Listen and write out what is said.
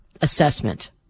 assessment